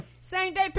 Same-day